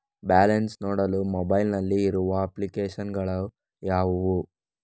Balance ನೋಡಲು mobile ನಲ್ಲಿ ಇರುವ ಅಪ್ಲಿಕೇಶನ್ ಗಳು ಯಾವುವು?